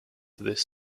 this